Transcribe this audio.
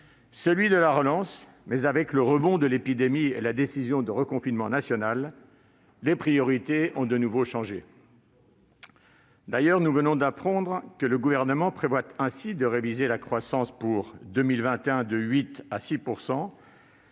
celui de la relance, mais avec le rebond de l'épidémie et la décision de reconfinement national, les priorités ont de nouveau changé. Nous venons ainsi d'apprendre que le Gouvernement prévoit de réviser le taux de croissance pour 2021 de 8 %